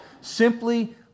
simply